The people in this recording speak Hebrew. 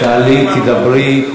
תעלי, תדברי.